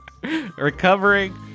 Recovering